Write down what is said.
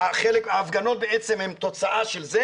ההפגנות בעצם הן תוצאה של זה,